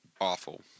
awful